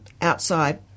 outside